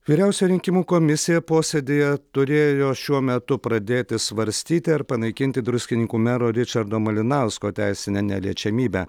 vyriausioji rinkimų komisija posėdyje turėjo šiuo metu pradėti svarstyti ar panaikinti druskininkų mero ričardo malinausko teisinę neliečiamybę